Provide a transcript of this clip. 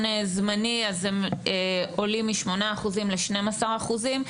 זמני אז הם עולים משמונה אחוזים ל-12 אחוזים,